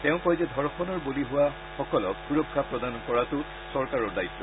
তেওঁ কয় যে ধৰ্ষণৰ বলী হোৱা সকলক সুৰক্ষা প্ৰদান কৰাতো চৰকাৰৰ দায়িত্ব